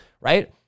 right